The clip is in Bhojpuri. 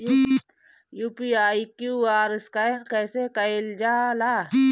यू.पी.आई क्यू.आर स्कैन कइसे कईल जा ला?